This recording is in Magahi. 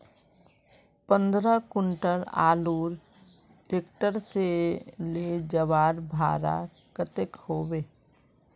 पंद्रह कुंटल आलूर ट्रैक्टर से ले जवार भाड़ा कतेक होबे?